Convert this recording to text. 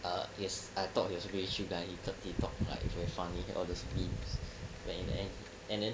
err yes I thought he was a very chill guy he talked like very funny all those memes but in the end and then